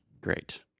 Great